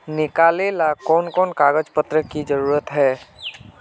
निकाले ला कोन कोन कागज पत्र की जरूरत है?